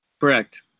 correct